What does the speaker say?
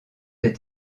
des